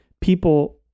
people